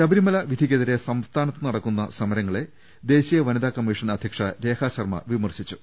ശബരിമല വിധിക്കെതിരെ സംസ്ഥാനത്ത് നടക്കുന്ന സമരങ്ങളെ ദേശീയ വനിതാ കമ്മീഷൻ അധ്യക്ഷ രേഖാ ശർമ്മ വിമർശിച്ചു